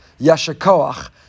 Yashakoach